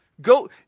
go